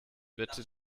bitte